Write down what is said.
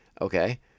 okay